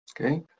Okay